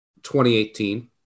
2018